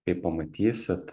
kai pamatysit